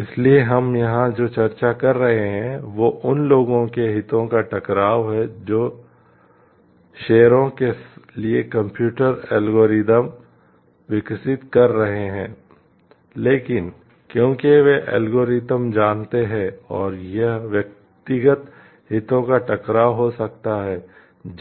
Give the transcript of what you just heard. इसलिए हम यहां जो चर्चा कर रहे हैं वह उन लोगों के हितों का टकराव है जो शेयरों जानते हैं और यह व्यक्तिगत हितों का टकराव हो सकता है